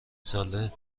ساله